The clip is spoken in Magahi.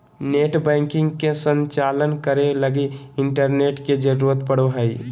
नेटबैंकिंग के संचालन करे लगी इंटरनेट के जरुरत पड़ो हइ